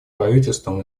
правительством